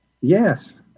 Yes